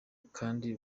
kandi